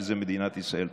שזה מדינת ישראל.